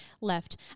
left